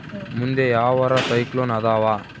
ಮುಂದೆ ಯಾವರ ಸೈಕ್ಲೋನ್ ಅದಾವ?